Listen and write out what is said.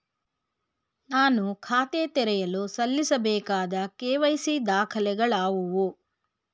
ನಾನು ಖಾತೆ ತೆರೆಯಲು ಸಲ್ಲಿಸಬೇಕಾದ ಕೆ.ವೈ.ಸಿ ದಾಖಲೆಗಳಾವವು?